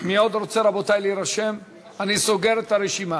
אני רשום,